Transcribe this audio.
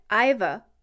Iva